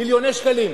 מיליוני שקלים.